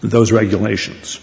those regulations